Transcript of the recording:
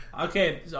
okay